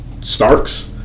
Starks